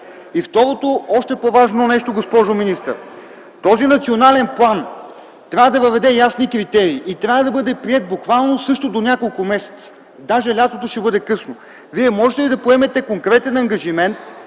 Второто, още по-важно нещо, госпожо министър: този национален план трябва да въвежда ясни критерии и да бъде приет буквално до няколко месеца. Дори лятото ще бъде късно. Вие можете ли да поемете конкретен ангажимент,